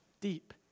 deep